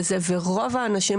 רוב האנשים,